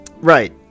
right